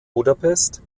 budapest